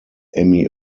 emmy